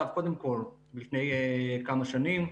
נכתב לפני כמה שנים,